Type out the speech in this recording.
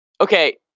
okay